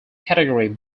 category